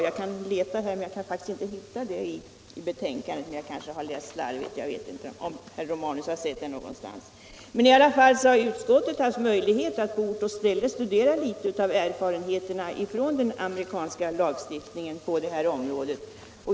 Jag kan faktiskt inte finna något sådant uttalande i betänkandet, men jag kanske har läst det slarvigt. Jag vet inte var herr Romanus har sett det någonstans. Utskottets ledamöter har emellertid haft möjligheter att på ort och ställe studera litet av erfarenheterna av den amerikanska lagstiftningen på detta område.